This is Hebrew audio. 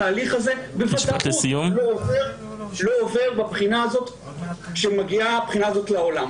התהליך הזה בוודאות לא קורה בבחינה שעליה אנחנו מדברים.